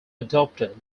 adopted